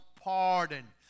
pardon